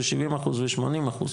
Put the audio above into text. ושבעים אחוז, ושמונים אחוז.